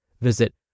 Visit